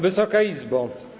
Wysoka Izbo!